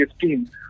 team